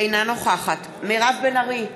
אינה נוכחת מירב בן ארי,